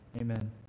Amen